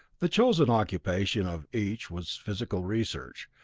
the chosen occupation of each was physical research,